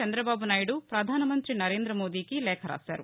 చంద్రబాబు నాయుడు ప్రధాన మంతి నరేంద్ర మోదీకి లేఖ రాశారు